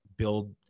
build